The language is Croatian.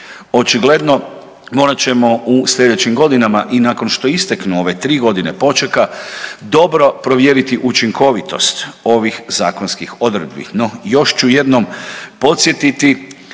Očigledno morat ćemo u sljedećim godinama i nakon što isteknu ove tri godine počeka dobro provjeriti učinkovitost ovih zakonskih odredbi.